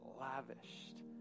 lavished